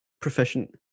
proficient